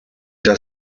der